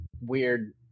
weird